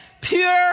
pure